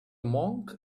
monk